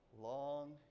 long